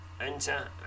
enter